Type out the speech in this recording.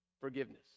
Forgiveness